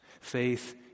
Faith